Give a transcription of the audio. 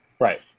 Right